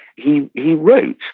he he wrote,